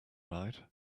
ride